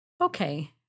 Okay